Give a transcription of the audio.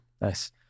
Nice